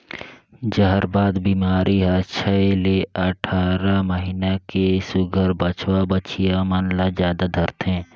जहरबाद बेमारी हर छै ले अठारह महीना के सुग्घर बछवा बछिया मन ल जादा धरथे